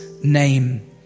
name